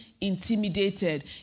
intimidated